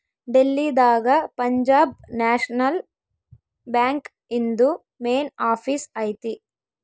ಡೆಲ್ಲಿ ದಾಗ Punjab national bank ಇಂದು main office ಐತಿ